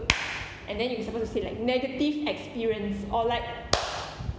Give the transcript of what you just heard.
and then you're supposed to say like negative experience or like